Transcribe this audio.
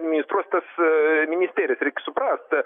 ministruos tas ministerijas reik suprast